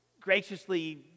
graciously